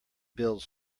build